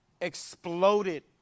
Exploded